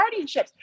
guardianships